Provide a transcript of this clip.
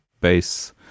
base